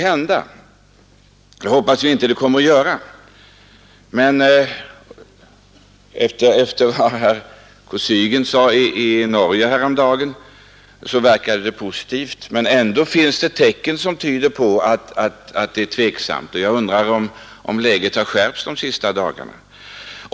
Vad herr Kosygin sade i Norge häromdagen verkade positivt, men ändå finns det tecken som tyder på att det råder en viss tveksamhet i fråga om konferensen. Jag undrar om läget har skärpts de senaste dagarna.